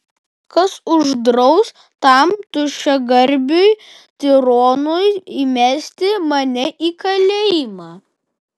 kas uždraus tam tuščiagarbiui tironui įmesti mane į kalėjimą